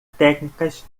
técnicas